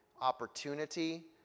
opportunity